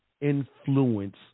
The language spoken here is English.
influence